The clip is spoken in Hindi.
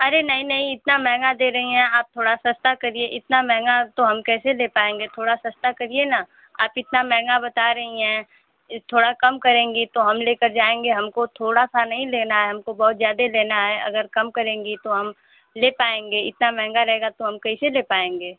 अरे नहीं नहीं इतना महंगा दे रही हैं आप थोड़ा सस्ता करिए इतना महंगा तो हम कैसे ले पाएँगे थोड़ा सस्ता करिए न आप इतना महंगा बता रही हैं थोड़ा कम करेंगी तो हम लेकर जाएँगे हमको थोड़ा सा नहीं लेना है हमको बहुत ज़्यादा लेना है अगर कम करेंगी तो हम ले पाएँगे इतना महंगा रहेगा तो हम कैसे ले पाएँगे